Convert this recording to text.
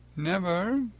never!